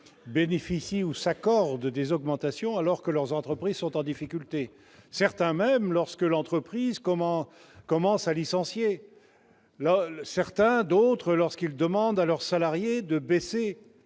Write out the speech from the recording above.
ou s'accordent des augmentations, alors que leurs entreprises sont en difficulté, certains lorsque l'entreprise commence à licencier, d'autres lorsqu'ils demandent à leurs salariés de baisser